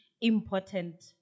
important